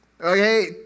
okay